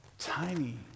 tiny